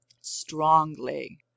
strongly